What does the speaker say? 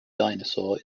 dinosaur